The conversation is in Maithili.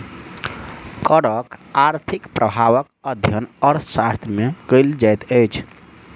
करक आर्थिक प्रभावक अध्ययन अर्थशास्त्र मे कयल जाइत अछि